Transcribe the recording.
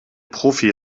profi